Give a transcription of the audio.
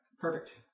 Perfect